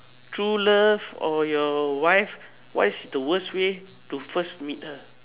true love or your wife what is the worst way to first meet her